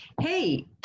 Hey